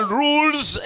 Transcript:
rules